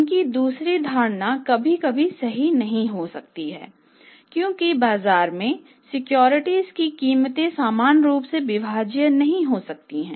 उनकी दूसरी धारणा कभी कभी सही नहीं हो सकती है क्योंकि बाजार में सिक्योरिटी की कीमतें समान रूप से विभाज्य नहीं हो सकती हैं